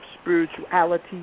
spirituality